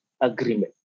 agreement